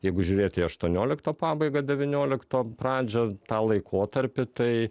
jeigu žiūrėt į aštuoniolikto pabaigą devyniolikto pradžią tą laikotarpį tai